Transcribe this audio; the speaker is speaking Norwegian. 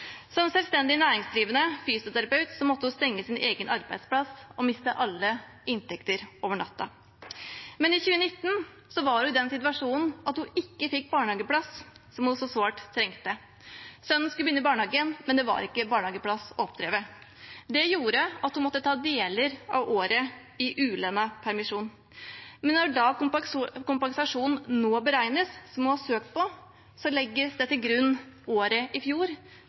alle inntekter over natten. I 2019 var hun i den situasjonen at hun ikke fikk barnehageplass, som hun så sårt trengte. Sønnen skulle begynne i barnehagen, men det var ikke barnehageplass å oppdrive. Det gjorde at hun måtte ta deler av året i ulønnet permisjon. Men når kompensasjonen som hun har søkt på, nå beregnes, legges fjoråret til grunn, selv om hun nå er i fullt arbeid. Det gjør at hun taper mye, selv om hun kan sannsynliggjøre og vise til at hun nå er i